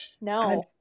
no